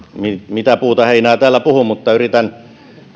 mitä puuta heinää täällä puhun mutta yritän